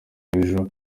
ejo